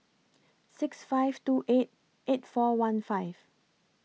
six five two eight eight four one five